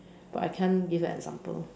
but I can't give an example